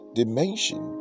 dimension